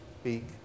speak